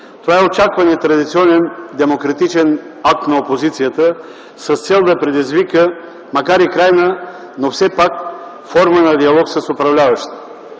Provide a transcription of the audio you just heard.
Това е очакван, традиционен и демократичен акт на опозицията с цел да предизвика, макар и крайна, но, все пак, форма на диалог с управляващите.